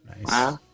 Nice